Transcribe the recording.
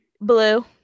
Blue